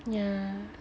yeah